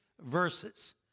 verses